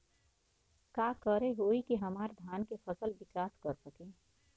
का करे होई की हमार धान के फसल विकास कर सके?